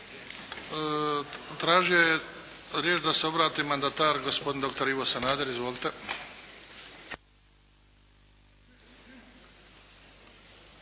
Tražio je riječ da se obrati mandatar gospodin doktor Ivo Sanader. Izvolite.